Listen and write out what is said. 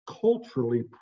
culturally